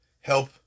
help